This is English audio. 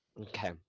Okay